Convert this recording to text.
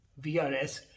VRS